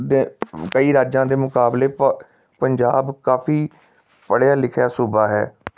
ਦੇ ਕਈ ਰਾਜਾਂ ਦੇ ਮੁਕਾਬਲੇ ਭਾ ਪੰਜਾਬ ਕਾਫੀ ਪੜ੍ਹਿਆ ਲਿਖਿਆ ਸੂਬਾ ਹੈ